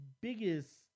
biggest